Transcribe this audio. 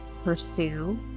pursue